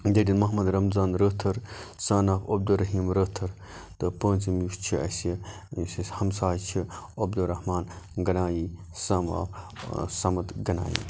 Mohammad Ramzan Rather son of Abdul Rahim Rather تہٕ پونٛژِم یُس چھُ اَسہِ یہِ یُس اَسہِ ہَمساے چھِ Abdul Rahman Ganai son of Samad Ganai